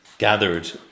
gathered